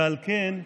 ועל כן,